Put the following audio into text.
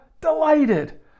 delighted